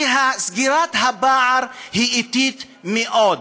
שסגירת הפער היא איטית מאוד.